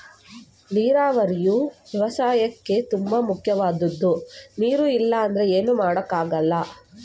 ನೀರಾವರಿಯು ವ್ಯವಸಾಯಕ್ಕೇ ತುಂಬ ಮುಖ್ಯವಾದದ್ದು ನೀರು ಇಲ್ಲ ಅಂದ್ರೆ ಏನು ಮಾಡೋಕ್ ಆಗಲ್ಲ